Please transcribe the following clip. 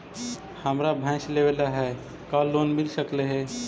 हमरा भैस लेबे ल है का लोन मिल सकले हे?